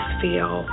feel